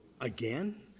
again